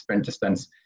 distance